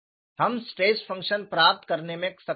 हम stress function प्राप्त करने में सक्षम थे